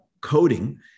coding